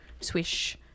Swish